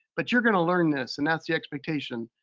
but you're gonna learn this, and that's the expectation.